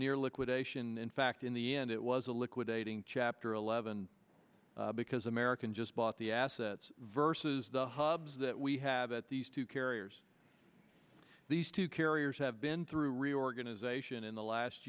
near liquidation in fact in the end it was a liquidating chapter eleven because american just bought the assets versus the hubs that we have at these two carriers these two carriers have been through reorganization in the last